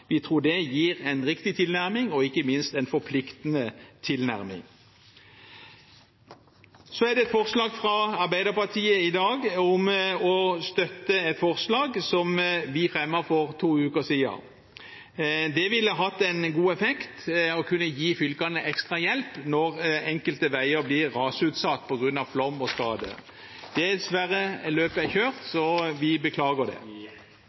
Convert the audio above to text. Vi tror det gir en riktig tilnærming og ikke minst en forpliktende tilnærming. Så er det et forslag fra Arbeiderpartiet i dag om å støtte et forslag som vi fremmet for to uker siden. Det ville hatt en god effekt å kunne gi fylkene ekstra hjelp når enkelte veier blir rasutsatt på grunn av flom og skade. Dessverre, det løpet er kjørt, så vi beklager det.